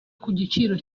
kugiciro